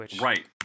Right